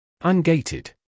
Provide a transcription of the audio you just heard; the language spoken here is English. Ungated